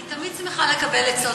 אני תמיד שמחה לקבל עצות,